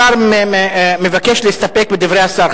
השר מבקש להסתפק בדברי השר.